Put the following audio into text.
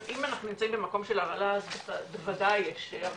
אם אנחנו נמצאים במקום של הרעלה אז בוודאי יש הרבה מאוד,